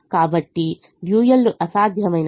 కాబట్టి డ్యూయల్లు అసాధ్యమైనవి